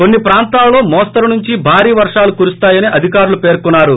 కొన్ని ప్రాంతాలలో మోస్తరు నుంచి భారీ వర్షాలు కురుస్తాయని అధికారులు పేర్కోన్నారు